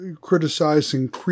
criticizing